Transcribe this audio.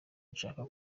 nshaka